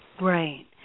Right